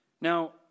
Now